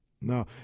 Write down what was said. no